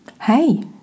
Hey